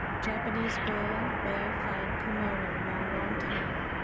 japanese girl wear fine kimono long, long time,